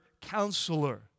counselor